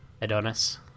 Adonis